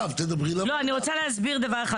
לא אני רוצה להסביר דבר אחד,